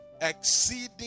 exceeding